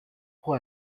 pour